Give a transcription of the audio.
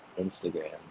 instagram